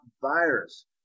virus